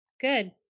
Good